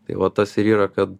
tai va tas ir yra kad